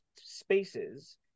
spaces